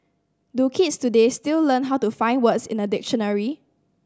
do kids today still learn how to find words in a dictionary